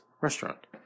restaurant